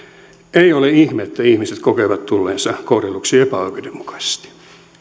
ei ole ihme että ihmiset kokevat tulleensa kohdelluksi epäoikeudenmukaisesti